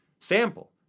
sample